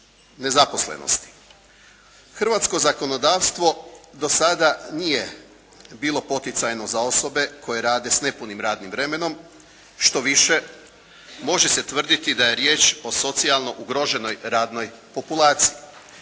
Hrvatsko zakonodavstvo do sada nije bilo poticajno za osobe koje rade sa nepunim radnim vremenom, štoviše, može se tvrditi o socijalno ugroženoj radnoj populaciji